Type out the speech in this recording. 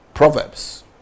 Proverbs